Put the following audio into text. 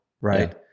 right